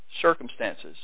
circumstances